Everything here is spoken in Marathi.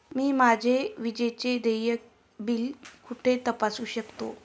मी माझे विजेचे देय बिल कुठे तपासू शकते?